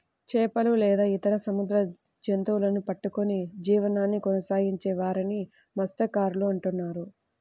చేపలు లేదా ఇతర సముద్ర జంతువులను పట్టుకొని జీవనాన్ని కొనసాగించే వారిని మత్య్సకారులు అంటున్నారు